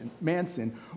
Manson